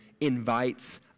invites